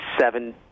seven